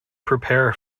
prepare